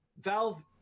Valve